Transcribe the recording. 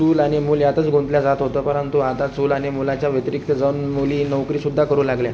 चूल आणि मूल यातच गुंतलं जात होतं परंतु आता चूल आणि मुलाच्या व्यतिरिक्त जाऊन मुली नोकरीसुद्धा करू लागल्यात